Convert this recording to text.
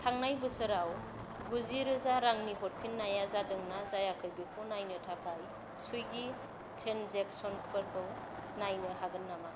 थांनाय बोसोराव गुजिरोजा रांनि हरफिन्नाया जादोंना जायाखै बेखौ नायनो थाखाय सुविगि ट्रेन्जेक्सनफोरखौ नायनो हागोन नामा